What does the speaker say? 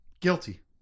guilty